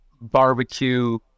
barbecue